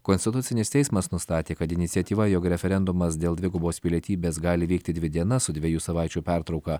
konstitucinis teismas nustatė kad iniciatyva jog referendumas dėl dvigubos pilietybės gali vykti dvi dienas su dviejų savaičių pertrauka